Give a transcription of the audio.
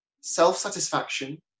self-satisfaction